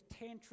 tantric